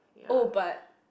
oh but